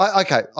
okay